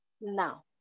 Now